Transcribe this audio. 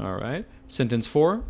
all right sentence four